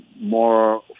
more